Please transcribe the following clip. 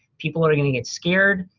people are gonna get scared.